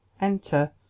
enter